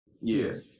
Yes